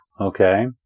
Okay